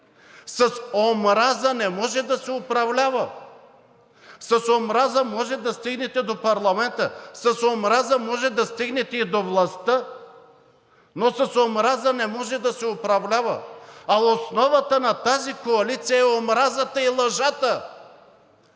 С омраза не може да се управлява, с омраза може да стигнете до парламента, с омраза можете да стигнете и до властта, но с омраза не може да се управлява, а основата на тази коалиция е омразата и лъжата